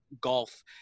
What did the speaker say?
golf